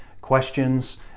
questions